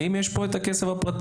האם יש פה את הכסף הפרטי?